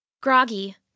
Groggy